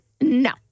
No